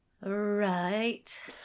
Right